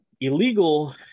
illegal